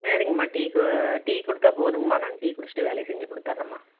சரிங்கம்மா டீவுக்கு டீ கொடுத்தா போதுங்கம்மா நாங்கள் டீ குடிச்சுட்டே வேலையை செஞ்சு கொடுத்தர்றோம்மா